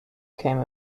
came